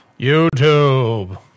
YouTube